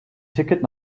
ticket